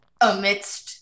Amidst